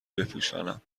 بپوشانم